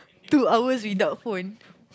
two hours without phone